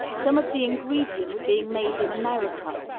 some of the ingredients being made in america,